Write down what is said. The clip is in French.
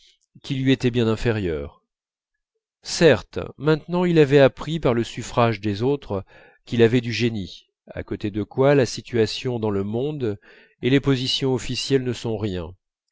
qui lui étaient bien inférieurs certes maintenant il avait appris par le suffrage des autres qu'il avait du génie à côté de quoi la situation dans le monde et les positions officielles ne sont rien